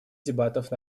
дебатов